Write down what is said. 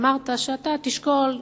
אמרת שאתה תשקול.